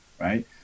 Right